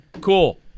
Cool